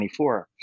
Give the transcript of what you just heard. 2024